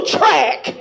track